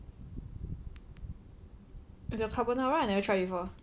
the carbonara I never try before